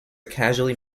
casually